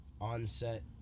on-set